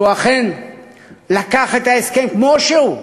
שהוא אכן לקח את ההסכם כמו שהוא,